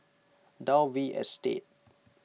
Dalvey Estate